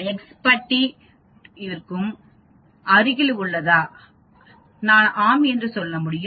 X பட்டி to க்கு மிக அருகில் உள்ளதா நான் ஆம் என்று சொல்ல முடியும்